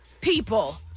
people